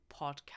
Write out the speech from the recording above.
podcast